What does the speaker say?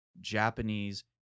Japanese